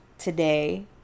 today